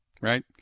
right